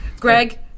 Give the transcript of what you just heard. Greg